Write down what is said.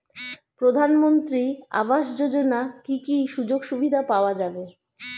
প্রধানমন্ত্রী আবাস যোজনা কি কি সুযোগ সুবিধা পাওয়া যাবে?